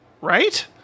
right